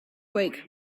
week